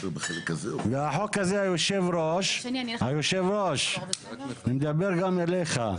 והחוק הזה, יושב הראש, אני מדבר גם אליך.